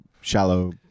shallow